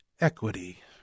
equity